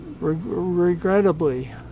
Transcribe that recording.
regrettably